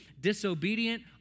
disobedient